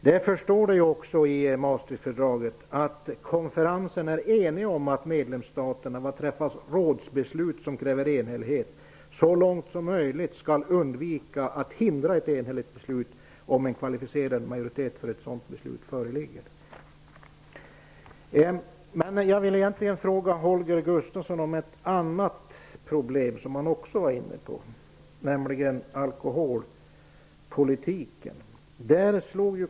Därför står det också i Maastrichtfördraget att konferensen är enig om att medlemsstaterna i rådsbeslut som kräver enhällighet så långt som möjligt skall undvika att hindra ett enhälligt beslut om en kvalificerad majoritet för ett sådant beslut föreligger. Gustafsson om ett annat problem som han också var inne på, nämligen alkoholpolitiken.